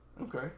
Okay